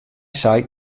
sei